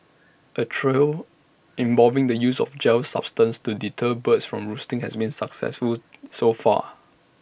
A trial involving the use of A gel substance to deter birds from roosting has been successful so far